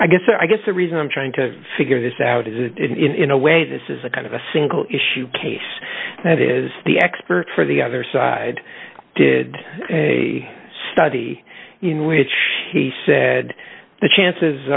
i guess i guess the reason i'm trying to figure this out is it in a way this is a kind of a single issue case that is the expert for the other side did a study in which he said the chances